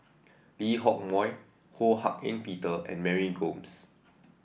Lee Hock Moh Ho Hak Ean Peter and Mary Gomes